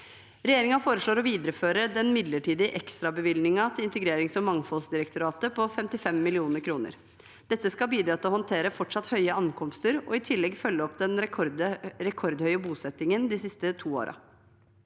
Regjeringen foreslår å videreføre den midlertidige ekstrabevilgningen til Integrerings- og mangfoldsdirektoratet på 55 mill. kr. Dette skal bidra til å håndtere et fortsatt høyt antall ankomster og i tillegg følge opp den rekordhøye bosettingen de siste to årene.